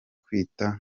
kwita